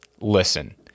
Listen